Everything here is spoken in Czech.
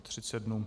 Třicet dnů.